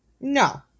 No